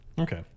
Okay